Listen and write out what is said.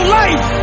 life